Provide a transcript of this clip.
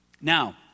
Now